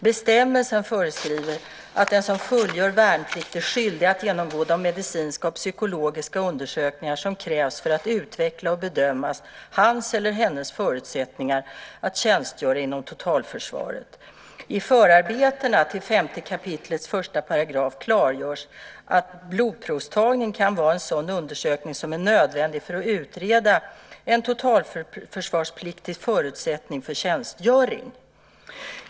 Bestämmelsen föreskriver att den som fullgör värnplikt är skyldig att genomgå de medicinska och psykologiska undersökningar som krävs för att utveckla och bedöma hans eller hennes förutsättningar att tjänstgöra inom totalförsvaret. I förarbetena till 5 kap. 1 § klargörs att blodprovstagning kan vara en sådan undersökning som är nödvändig för att utreda en totalförsvarspliktigs förutsättningar för tjänstgöring.